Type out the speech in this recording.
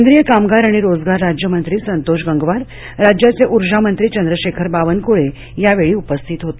केंद्रीय कामगार आणि रोजगार राज्यमंत्री संतोष गंगवार राज्याचे ऊर्जा मंत्री चंद्रशेखर बावनकुळे यावेळी उपस्थित होते